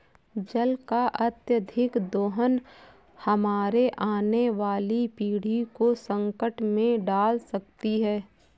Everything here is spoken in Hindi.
जल का अत्यधिक दोहन हमारे आने वाली पीढ़ी को संकट में डाल सकती है